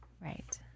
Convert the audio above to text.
Right